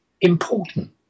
important